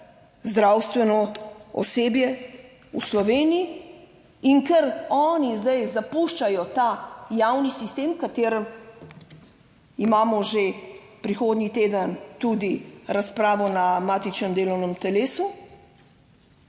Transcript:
zdravstveno osebje v Sloveniji, in ker oni zdaj zapuščajo ta javni sistem, v katerem imamo že prihodnji teden tudi razpravo na matičnem delovnem telesu,